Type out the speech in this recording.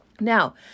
Now